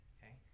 Okay